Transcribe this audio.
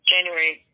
January